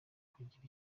kugira